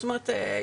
זאת אומרת,